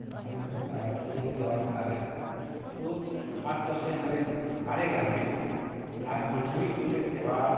दीपावली का होता है होली का त्योहार होता है तो ख़ास तौर से हमारे हमारे गाँव में नाग पंचमी का मत एत् त्योहार